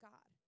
God